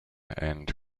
and